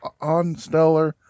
Onstellar